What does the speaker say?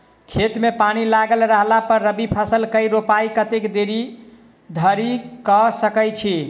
खेत मे पानि लागल रहला पर रबी फसल केँ रोपाइ कतेक देरी धरि कऽ सकै छी?